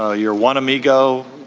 ah you're one amigo.